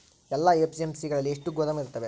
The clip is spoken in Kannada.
ಎಲ್ಲಾ ಎ.ಪಿ.ಎಮ್.ಸಿ ಗಳಲ್ಲಿ ಎಷ್ಟು ಗೋದಾಮು ಇರುತ್ತವೆ?